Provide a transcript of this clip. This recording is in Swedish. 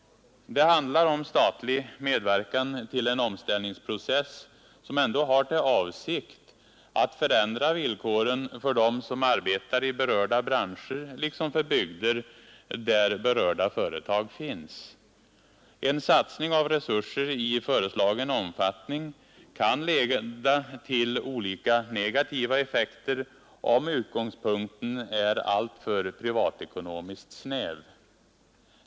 Det handlar om statlig medverkan till en omställningsprocess som ändå har till avsikt att förändra villkoren för dem som arbetar i berörda branscher liksom för bygder där berörda företag finns. En satsning av resurser i föreslagen omfattning kan leda till olika negativa effekter, om utgångspunkten är alltför privatekonomiskt snäv.